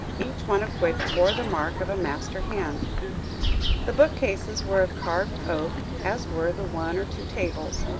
each one of which bore the mark of a master hand the bookcases were of carved oak, as were the one or two tables,